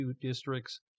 districts